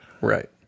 Right